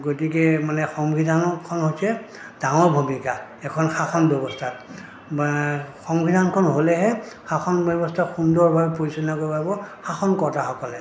গতিকে মানে সংবিধানখন হৈছে ডাঙৰ ভূমিকা এখন শাসন ব্যৱস্থাত সংবিধানখন হ'লেহে শাসন ব্যৱস্থা সুন্দৰভাৱে পৰিচালনা কৰিব পাৰিব শাসন কৰ্তাসকলে